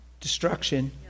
Destruction